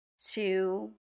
two